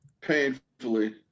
Painfully